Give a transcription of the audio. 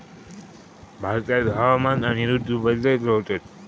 भारतात हवामान आणि ऋतू बदलत रव्हतत